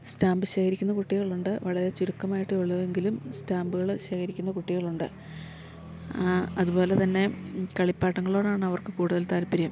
stamp ശേഖരിക്കുന്ന കുട്ടികളുണ്ട് വളരെ ചുരുക്കമായിട്ട് ഉള്ളൂ എങ്കിലും സ്റ്റാമ്പുകള് ശേഖരിക്കുന്ന കുട്ടികളുണ്ട് അത്പോലെതന്നെ കളിപ്പാട്ടങ്ങളോടാണവർക്ക് കൂട്തൽ താല്പര്യം